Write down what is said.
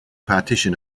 partition